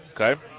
Okay